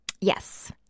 yes